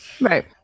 right